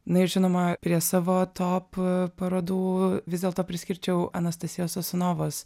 na ir žinoma prie savo top parodų vis dėlto priskirčiau anastasijos sosunovos